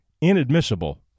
inadmissible